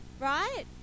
right